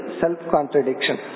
self-contradiction